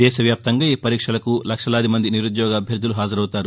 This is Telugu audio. దేశవ్యాప్తంగా ఈ పరీక్షలకు లక్షలాదిమంది నిరుద్యోగ అభ్యర్థులు హాజరవుతారు